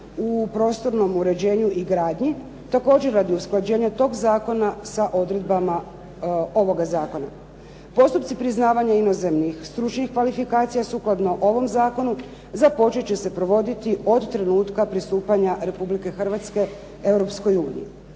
u prostornom uređenju i gradnji, također radi usklađenja toga zakona sa odredbama ovoga zakona. Postupci priznavanja inozemnih stručnih kvalifikacija sukladno ovom zakonu, započet će se provoditi od trenutka pristupanja Republike Hrvatske